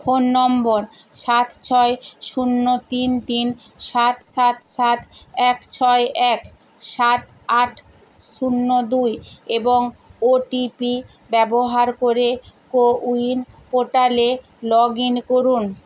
phone number সাত ছয় শূন্য তিন তিন সাত সাত সাত এক ছয় এক সাত আট শূন্য দুই এবং ওটিপি ব্যবহার করে কোউইন পোর্টালে লগ ইন করুন